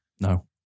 No